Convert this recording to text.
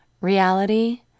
Reality